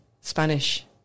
Spanish